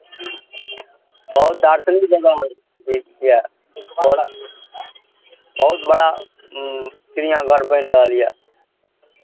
बहुत दार्शनिक जगह यए बहुत बड़ा चिड़ियाघर बनि रहल यए